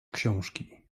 książki